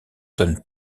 donnent